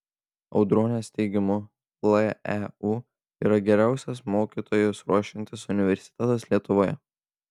audronės teigimu leu yra geriausias mokytojus ruošiantis universitetas lietuvoje